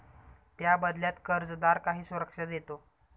त्या बदल्यात कर्जदार काही सुरक्षा देतो